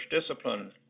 discipline